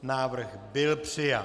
Návrh byl přijat.